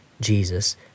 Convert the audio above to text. Jesus